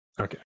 Okay